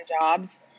jobs